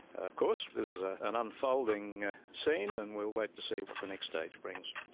of course this is ah an unfolding scene and we'll wait to see what the next stage brings.